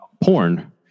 porn